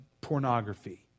pornography